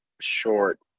short